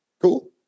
Cool